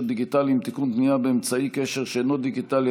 דיגיטליים (תיקון) (פנייה באמצעי קשר שאינו דיגיטלי),